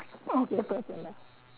okay first and last